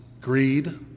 greed